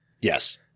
yes